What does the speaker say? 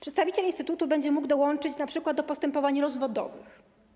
Przedstawiciel instytutu będzie mógł dołączyć np. do postępowań rozwodowych.